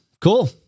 Cool